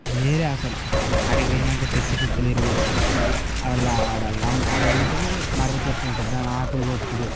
వేరే అసలు అక్కడికి పోయాక చెట్టు చుట్టూ తిరుగుడు ఆడ లా ఆడ లం ఆడ ఏంటది మర్రి చెట్టు ఉంటుంది దాని ఆకులు కొట్టుడు